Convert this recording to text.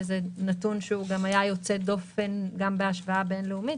זה נתון שהיה יוצא דופן גם בהשוואה בין-לאומית,